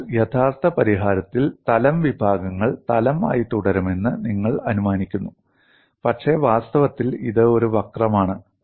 അതിനാൽ യഥാർത്ഥ പരിഹാരത്തിൽ തലം വിഭാഗങ്ങൾ തലം ആയി തുടരുമെന്ന് നിങ്ങൾ അനുമാനിക്കുന്നു പക്ഷേ വാസ്തവത്തിൽ ഇത് ഒരു വക്രമാണ്